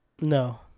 No